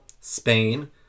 spain